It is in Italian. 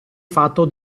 fatto